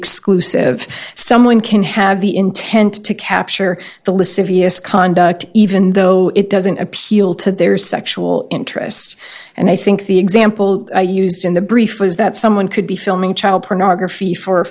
exclusive someone can have the intent to capture the lascivious conduct even though it doesn't appeal to their sexual interests and i think the example i used in the brief was that someone could be filming child pornography for